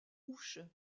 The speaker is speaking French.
ouche